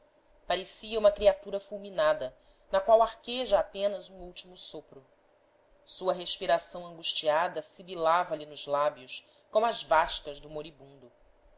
parecia uma criatura fulminada na qual arqueja apenas um último sopro sua respiração angustiada sibilava lhe nos lábios como as vascas do moribundo